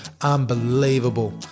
unbelievable